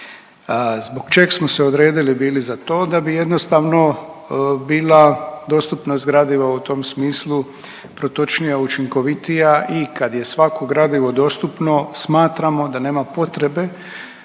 Zbog čeg smo se bili odredili za to? Da bi jednostavno bila dostupnost gradiva u tom smislu protočnija, učinkovitija i kad je svako gradivo dostupno smatramo da nema potrebe